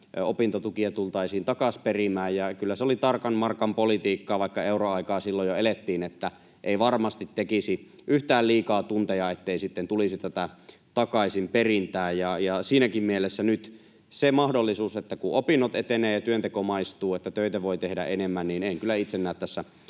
opintotukea tultaisiin takaisinperimään, ja kyllä se oli tarkan markan politiikkaa, vaikka euron aikaa silloin jo elettiin, että ei varmasti tekisi yhtään liikaa tunteja, ettei sitten tulisi tätä takaisinperintää. Siinäkin mielessä nyt se mahdollisuus, että kun opinnot etenevät ja työnteko maistuu, töitä voi tehdä enemmän, että en kyllä itse näe tässä